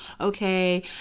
okay